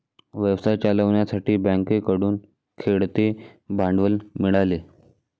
व्यवसाय चालवण्यासाठी बँकेकडून खेळते भांडवल मिळाले